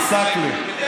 עסאקלה.